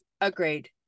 Agreed